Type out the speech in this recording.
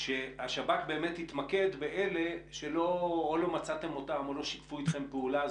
השב"כ באמת יתמקד באלה שלא מצאתם אותם או לא שיתפו איתכם פעולה.